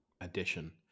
addition